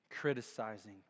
Criticizing